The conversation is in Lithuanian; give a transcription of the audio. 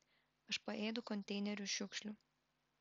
aš paėdu konteinerių šiukšlių